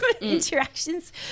interactions